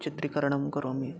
चित्रीकरणं करोमि